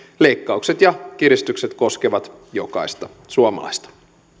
leikkaukset ja kiristykset koskevat jokaista suomalaista